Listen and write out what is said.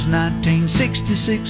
1966